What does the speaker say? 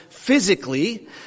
Physically